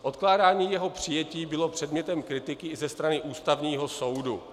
Odkládání jeho přijetí bylo předmětem kritiky i ze strany Ústavního soudu.